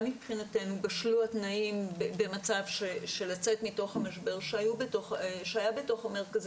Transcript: גם מבחינתנו בשלו התנאים לצאת מתוך המשבר שהיה בתוך המרכזים,